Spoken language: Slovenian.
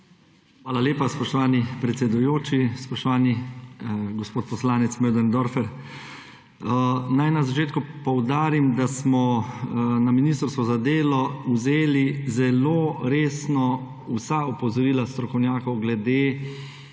Hvala lepa, spoštovani predsedujoči. Spoštovani gospod poslanec Möderndorfer. Naj na začetku poudarim, da smo na Ministrstvu za delo vzeli zelo resno vsa opozorila strokovnjakov glede